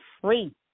free